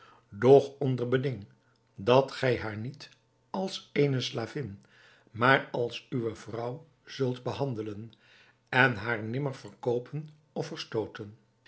doch onder beding dat gij haar niet als eene slavin maar als uwe vrouw zult behandelen en haar nimmer verkoopen of verstooten